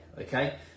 okay